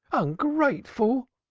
ungrateful!